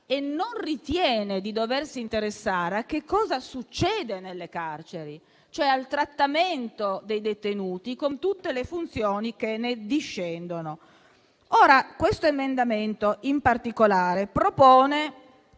e non ritiene di doversi interessare a che cosa succede nelle carceri: cioè al trattamento dei detenuti, con tutte le funzioni che ne discendono. Questo emendamento, in particolare, propone